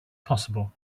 possible